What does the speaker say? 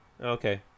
Okay